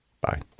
Bye